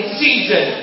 season